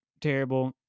terrible